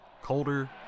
Colder